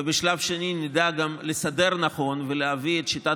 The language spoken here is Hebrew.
ובשלב שני נדע גם לסדר נכון ולהביא את שיטת